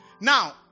now